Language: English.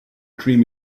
dream